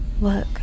Look